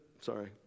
Sorry